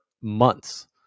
months